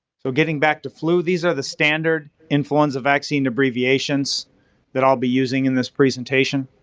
so, getting back to flu, these are the standard influenza vaccine abbreviations that i'll be using in this presentation.